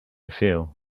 feel